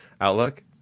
outlook